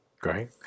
Great